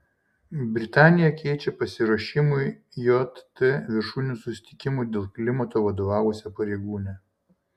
britanija keičia pasiruošimui jt viršūnių susitikimui dėl klimato vadovausią pareigūnę